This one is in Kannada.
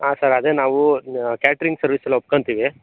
ಹಾಂ ಸರ್ ಅದೆ ನಾವು ಕ್ಯಾಟ್ರಿಂಗ್ ಸರ್ವಿಸೆಲ್ಲ ಒಪ್ಕೋಂತೀವಿ